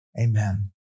Amen